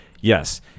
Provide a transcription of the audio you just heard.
Yes